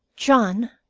john,